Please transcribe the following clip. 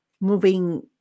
moving